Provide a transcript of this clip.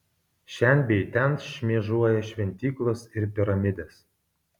šen bei ten šmėžuoja šventyklos ir piramidės